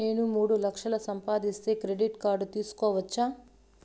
నేను మూడు లక్షలు సంపాదిస్తే క్రెడిట్ కార్డు తీసుకోవచ్చా?